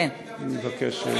לכן אני גם מציין את זה,